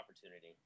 opportunity